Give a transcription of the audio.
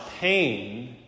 pain